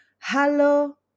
Hello